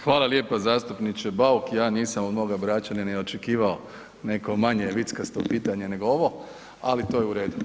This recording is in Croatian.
Hvala lijepa zastupniče Bauk, ja nisam od onoga Bračanina ni očekivao neko manje vickasto pitanje nego ovo, ali to je u redu.